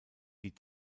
die